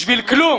זה בשביל כלום.